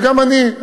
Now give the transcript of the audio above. וגם אני,